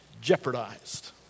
jeopardized